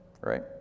right